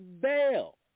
bail